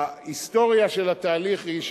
ההיסטוריה של התהליך היא,